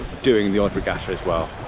doing the odd regatta as well.